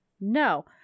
No